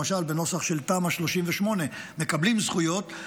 למשל בנוסח של תמ"א 38. מקבלים זכויות,